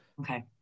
Okay